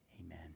Amen